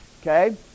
Okay